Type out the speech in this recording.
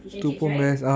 fish and chips right